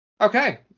Okay